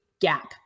gap